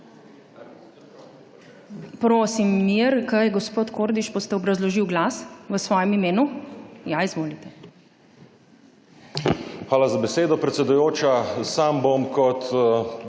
Hvala za besedo, predsedujoča. Sam bom kot